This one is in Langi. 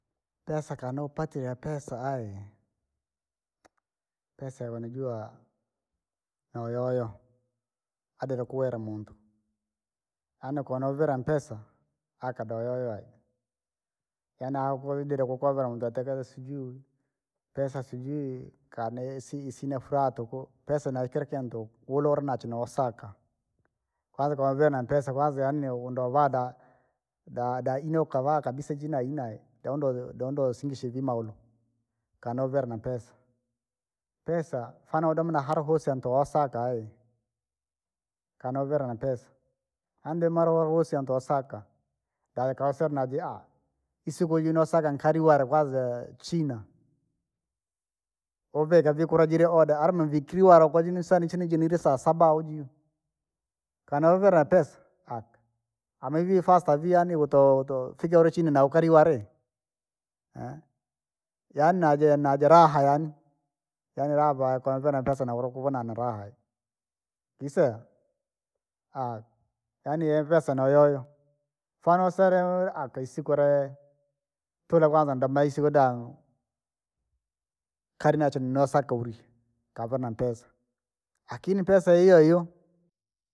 Pesaa kanoo wapatire pesa ayi, pesaa unajua noo yoyo, adire kuwira muntu, yaani wavire na mpesa akaa do yoyo ayi. Yaani akudire kukovela muntu atekele sijui! Pesa sijui, kane isi- isina furaha tukuu, pesa nookira kintu, wuulola nachwe noosaka kwanza kaa viire nampesa kwanza yaani no- ndoo wahavaa, da- dainena ukavaa kabisa jina inai, daundoje daundoje singi ishivivima ulo. Kaane uvire na mpesaa, pesa fana ulome na hani hoosi kantu hosaka ayi, kaa navire nampesa, yaani ndima lovagusia ntosaka, dayakausila najii, isika iji nosaka nkali weree kwanza china, ovekavikula jira oda arume nvikilawara kojinesani chini jinile sasaba aujii. kanauvila pesa, kaa amaivi viani kuto to- fikira ili chini na ukali ware, yaani najie niji raha yaani. Yaani raha vo alikuwa na mpsesa naukuwava na naraha yaani. Iswea, yaani impesa nauyoyo, fwana uselele aka isiku lee. Tula kwanza ndo maisha ukudangi, kalinacho nosaka uri, kave na mpesa, lakini pesa hiyohiyo.